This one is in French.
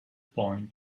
point